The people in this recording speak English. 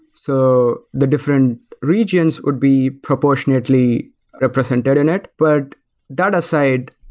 so the different regions would be proportionately represented in it, but that aside,